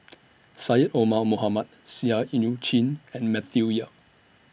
Syed Omar Mohamed Seah EU Chin and Matthew Yap